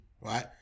right